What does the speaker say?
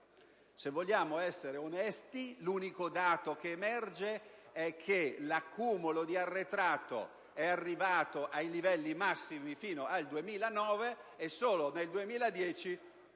Se vogliamo essere onesti, l'unico dato che emerge è che l'accumulo di arretrato è arrivato ai livelli massimi fino al 2009 e solo nel 2010